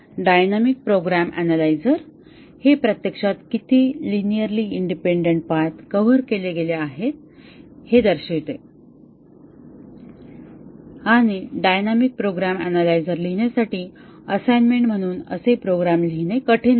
dynamic program analyser हे प्रत्यक्षात किती लिनिअरली इंडिपेंडन्ट पाथ कव्हर केले गेले आहेत हे दर्शविते आणि डायनॅमिक प्रोग्राम अनालायझर लिहिण्यासाठी असाइनमेंट म्हणून असे प्रोग्राम लिहिणे कठीण नाही